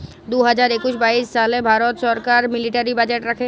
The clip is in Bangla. দু হাজার একুশ বাইশ সালে ভারত ছরকার মিলিটারি বাজেট রাখে